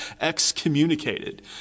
excommunicated